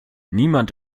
niemand